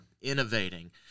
innovating